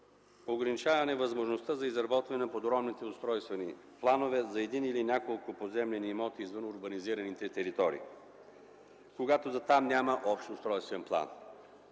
ограничаване на възможността за изработване на подробни устройствени планове за един или няколко поземлени имота извън урбанизираните територии, когато за там няма общ устройствен план.